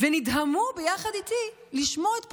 נדהמו ביחד איתי לשמוע את פרופ'